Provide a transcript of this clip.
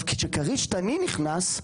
כשכריש-תנין נכנס,